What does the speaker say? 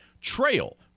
Trail